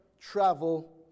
travel